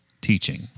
teaching